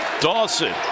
Dawson